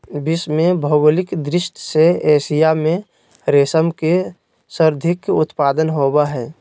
विश्व में भौगोलिक दृष्टि से एशिया में रेशम के सर्वाधिक उत्पादन होबय हइ